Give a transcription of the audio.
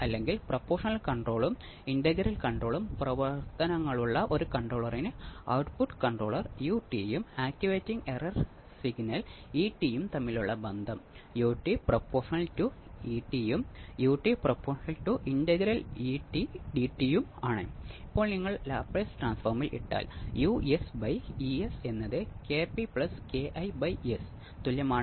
അതിനാൽ ഈ പ്രത്യേക മൊഡ്യൂളിൽ നമ്മൾ കണ്ടത് നമുക്ക് ഒരു ആർസി ഫേസ് ഷിഫ്റ്റ് ഓസിലേറ്റർ എങ്ങനെ രൂപകൽപ്പന ചെയ്യാം എന്നാണ്